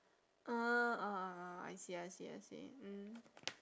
orh I see I see I see mm